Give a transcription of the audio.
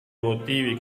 motivi